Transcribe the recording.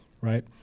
Right